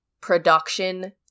production